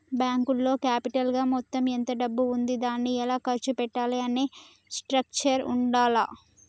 బ్యేంకులో క్యాపిటల్ గా మొత్తం ఎంత డబ్బు ఉంది దాన్ని ఎలా ఖర్చు పెట్టాలి అనే స్ట్రక్చర్ ఉండాల్ల